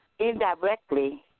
Indirectly